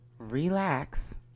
relax